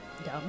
dumb